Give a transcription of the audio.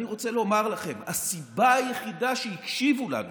אני רוצה לומר לכם, הסיבה היחידה שהקשיבו לנו